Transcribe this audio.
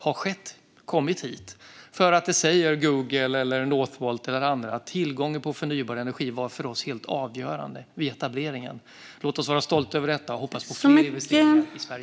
Google, Northvolt och andra säger att tillgången på förnybar energi var helt avgörande för dem vid etableringen. Låt oss vara stolta över detta och hoppas på fler investeringar i Sverige.